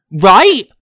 Right